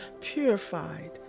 purified